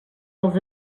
dels